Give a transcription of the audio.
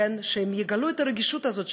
שהם יגלו את הרגישות הזאת,